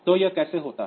तो यह कैसे होता है